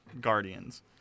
Guardians